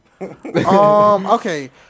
Okay